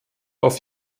auf